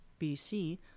BC